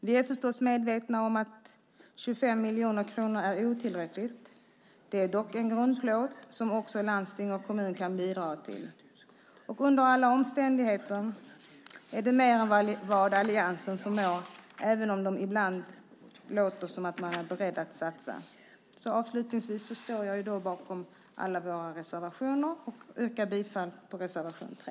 Vi är förstås medvetna om att 25 miljoner kronor är otillräckligt, men det är dock en grundplåt som också landsting och kommuner kan bidra till. Under alla omständigheter är det mer än vad alliansen förmår, även om de ibland låter som om de är beredda att satsa. Avslutningsvis står jag bakom alla våra reservationer och yrkar bifall till reservation 3.